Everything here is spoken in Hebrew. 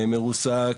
מרוסק,